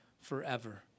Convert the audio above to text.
forever